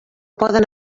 poden